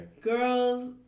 Girls